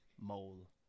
Mole